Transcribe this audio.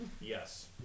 Yes